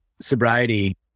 sobriety